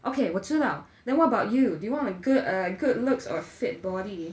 okay 我知道 then what about you do you want a good err good looks or fit body